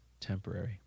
temporary